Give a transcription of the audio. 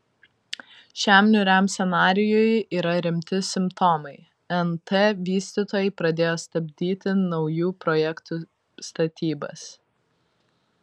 šiam niūriam scenarijui yra rimti simptomai nt vystytojai pradėjo stabdyti naujų projektų statybas